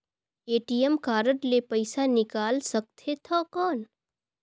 ATM card ले पइसा निकाल सकथे थव कौन?